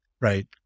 right